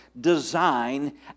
design